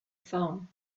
phone